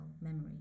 memory